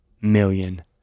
million